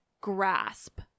grasp